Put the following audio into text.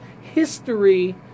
history